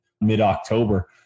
mid-October